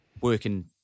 working